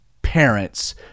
parents